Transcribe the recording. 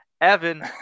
Evan